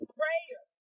prayer